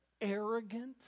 arrogant